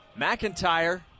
McIntyre